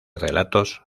relatos